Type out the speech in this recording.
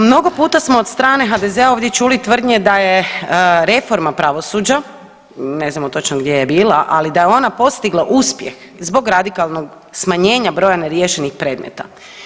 Mnogo puta smo od strane HDZ-a ovdje čuli tvrdnje da je reforma pravosuđa, ne znamo točno gdje je bila, ali da je ona postigla uspjeh zbog radikalnog smanjenja broja neriješenih predmeta.